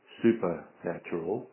supernatural